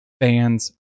Fans